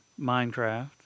Minecraft